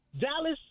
Dallas